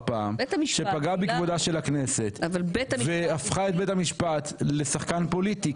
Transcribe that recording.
פעם שפגעה בכבודה של הכנסת והפכה את בית המשפט לשחקן פוליטי.